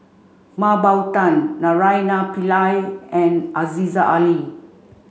Mah Bow Tan Naraina Pillai and Aziza Ali